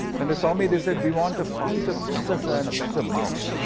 and they saw me, they said, we want a faster processor and a better mouse.